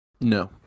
no